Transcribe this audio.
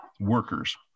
workers